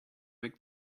make